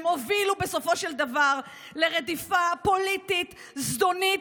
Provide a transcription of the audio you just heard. הן הובילו בסופו של דבר לרדיפה פוליטית זדונית.